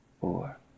four